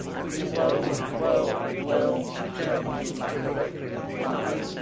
twixt woe and woe i dwell i dare not like a recreant fly,